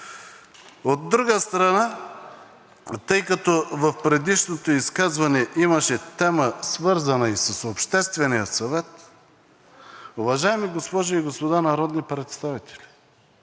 От друга страна, тъй като в предишното изказване имаше тема, свързана и с Обществения съвет, уважаеми госпожи и господа народни представители,